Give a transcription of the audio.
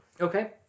Okay